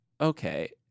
okay